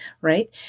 right